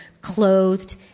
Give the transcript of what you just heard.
clothed